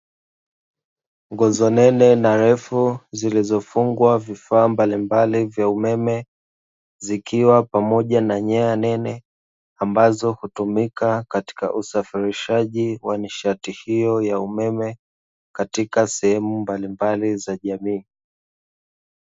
Nguzo nene na ndefu zilizofungwa vifaa mbalimbali vya umeme, zikiwa pamoja na nyaya nene, ambazo hutumika katika usafirishaji wa nishati hiyo ya umeme katika sehemu mbalimbali za jamii.